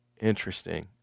Interesting